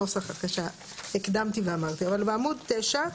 בעמוד 9,